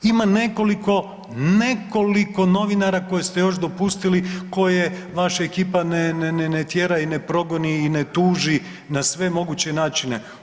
Ima nekoliko novinara koje ste još dopustili, koje vaša ekipa ne tjera, ne progoni i ne tuži na sve moguće načine.